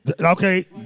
okay